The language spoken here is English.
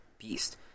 beast